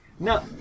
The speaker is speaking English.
No